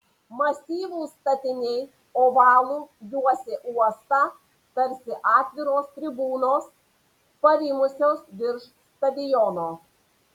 masyvūs statiniai ovalu juosė uostą tarsi atviros tribūnos parimusios virš stadiono